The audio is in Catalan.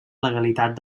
legalitat